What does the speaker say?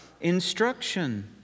instruction